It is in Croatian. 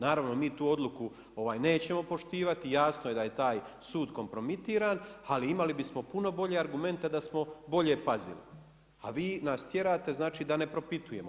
Naravno, mi tu odluku nećemo poštivati, jasno je da je taj sud kompromitiran, ali imali bismo puno bolje argumente da smo bolje pazili, a vi nas tjerate znači da ne propitujemo.